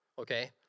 okay